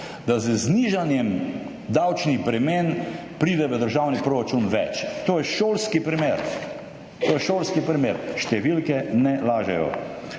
z znižanjem davčnih bremen v državni proračun več. To je šolski primer, številke ne lažejo.